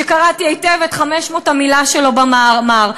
שקראתי היטב את 500 המילה שלו במאמר,